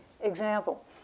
Example